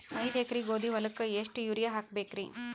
ಐದ ಎಕರಿ ಗೋಧಿ ಹೊಲಕ್ಕ ಎಷ್ಟ ಯೂರಿಯಹಾಕಬೆಕ್ರಿ?